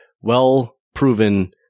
well-proven